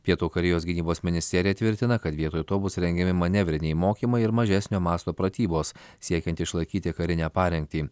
pietų korėjos gynybos ministerija tvirtina kad vietoj to bus rengiami manevriniai mokymai ir mažesnio mąsto pratybos siekiant išlaikyti karinę parengtį